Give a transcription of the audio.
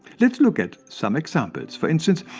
let's look at some examples for instance,